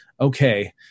Okay